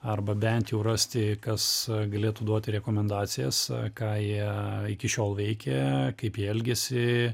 arba bent jau rasti kas galėtų duoti rekomendacijas ką jie iki šiol veikė kaip jie elgėsi